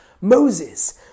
Moses